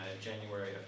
January